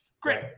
Great